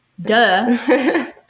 Duh